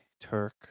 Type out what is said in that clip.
Turk